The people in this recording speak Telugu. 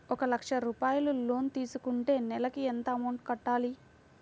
ఒక లక్ష రూపాయిలు లోన్ తీసుకుంటే నెలకి ఎంత అమౌంట్ కట్టాలి?